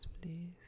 please